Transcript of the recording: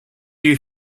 you